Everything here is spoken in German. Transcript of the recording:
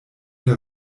der